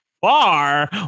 bar